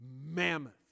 mammoth